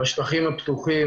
בשטחים הפתוחים,